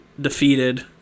defeated